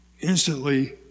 Instantly